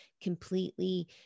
completely